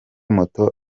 moto